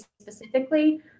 specifically